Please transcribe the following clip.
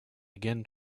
again